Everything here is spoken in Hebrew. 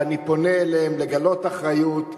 ואני פונה אליהם לגלות אחריות,